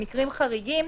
במקרים חריגים,